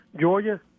Georgia